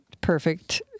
perfect